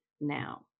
now